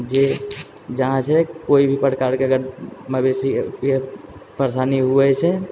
जे जहाँ छै कोइ भी प्रकारके अगर मवेशीके परेशानी होइ छै